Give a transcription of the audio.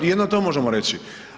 Jedino to možemo reći.